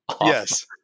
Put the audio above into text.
Yes